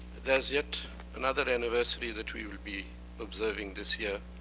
there's yet another anniversary that we will be observing this year.